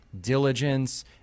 diligence